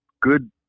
good